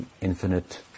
infinite